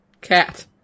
Cat